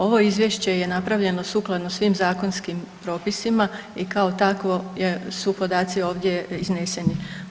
Ovo izvješće je napravljeno sukladno svim zakonskim propisima i kao takvo su podaci ovdje izneseni.